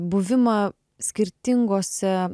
buvimą skirtingose